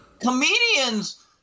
comedians